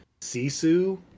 Sisu